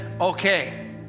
okay